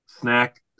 snack